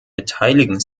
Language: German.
beteiligen